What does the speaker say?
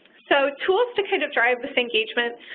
so, tools to kind of drive this engagement.